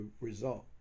result